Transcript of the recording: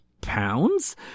pounds